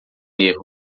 erro